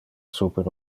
super